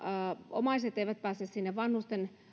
omaiset eivät pääse sinne vanhusten